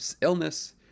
illness